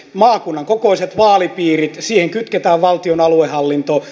maakunnan kokoiset vaalipiirit siihen kytketään valtion aluehallinto